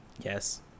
Yes